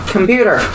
Computer